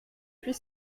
huit